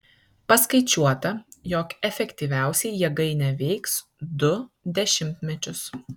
paskaičiuota jog efektyviausiai jėgainė veiks du dešimtmečius